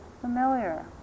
familiar